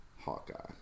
Hawkeye